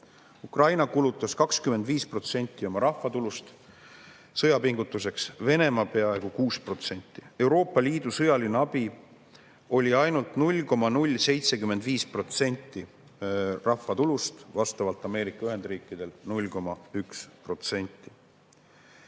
Ukraina kulutas 25% oma rahvatulust sõjapingutuseks, Venemaa peaaegu 6%. Euroopa Liidu sõjaline abi [Ukrainale] oli ainult 0,075% rahvatulust, vastavalt Ameerika Ühendriikidel 0,1%.